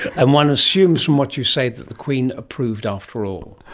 and one assumes from what you say that the queen approved after all.